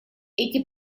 эти